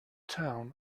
town